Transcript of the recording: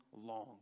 long